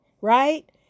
Right